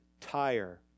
tire